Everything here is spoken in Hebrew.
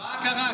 מה קרה?